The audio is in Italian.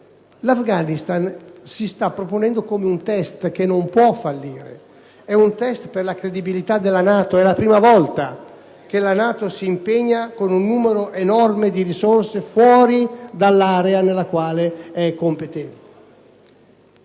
l'Afghanistan si sta proponendo come un test che non può fallire. È un test per la credibilità della NATO, che per la prima volta si impegna con un'entità enorme di risorse fuori dall'area per la quale è competente.